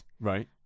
Right